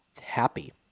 happy